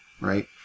right